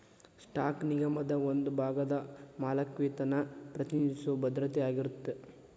stock ನಿಗಮದ ಒಂದ ಭಾಗದ ಮಾಲೇಕತ್ವನ ಪ್ರತಿನಿಧಿಸೊ ಭದ್ರತೆ ಆಗಿರತ್ತ